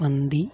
മന്തി